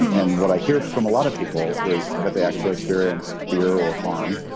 and what i hear from a lot of people is that they actually experienced fear or harm.